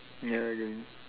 ya ya